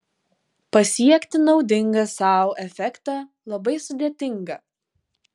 pasiekti naudingą sau efektą labai sudėtinga